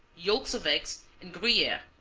yolks of eggs and gruyere,